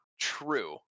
true